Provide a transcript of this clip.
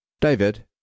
David